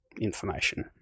information